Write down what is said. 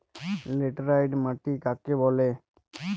Laterite মাটি কাকে বলে?